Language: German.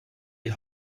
die